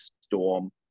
storm